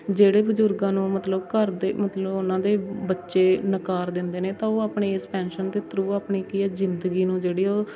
ਜਿਹੜੇ ਬਜ਼ੁਰਗਾਂ ਨੂੰ ਮਤਲਬ ਘਰ ਦੇ ਮਤਲਬ ਉਹਨਾਂ ਦੇ ਬੱਚੇ ਨਕਾਰ ਦਿੰਦੇ ਨੇ ਤਾਂ ਉਹ ਆਪਣੇ ਇਸ ਪੈਨਸ਼ਨ ਦੇ ਥਰੂ ਆਪਣੀ ਕੀ ਆ ਜ਼ਿੰਦਗੀ ਨੂੰ ਜਿਹੜੀ ਉਹ